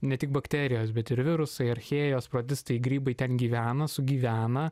ne tik bakterijos bet ir virusai archėjos protistai grybai ten gyvena sugyvena